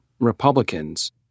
Republicans